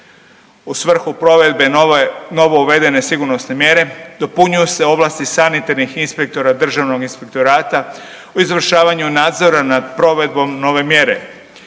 U svrhu provedbe novo uvedene sigurnosne mjere dopunjuju se ovlasti sanitarnih inspektora državnog inspektorata u izvršavanju nadzora nad provedbom nove mjere,